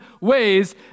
ways